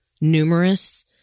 numerous